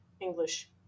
English